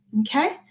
okay